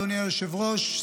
אדוני היושב-ראש,